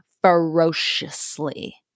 ferociously